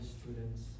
students